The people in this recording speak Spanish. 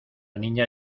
niña